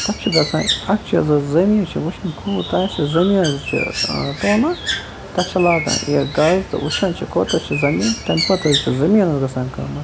تَتھ چھُ گژھان اَکھ چھِ یُس زَن زٔمیٖن چھِ وٕچھَان کوٗت آسہِ حظ زٔمیٖن حظ چھُ تولان تَتھ چھِ لاگان یہِ گَز تہٕ وٕچھان چھِ کوتاہ چھِ زٔمیٖن تَمہِ پَتہٕ حظ چھُ زٔمیٖنَس گژھان قۭمَتھ